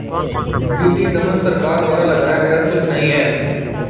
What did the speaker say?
वित्तीय दमन सरकार द्वारा लगाया गया शुल्क नहीं है